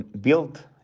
built